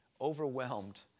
overwhelmed